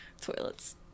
toilets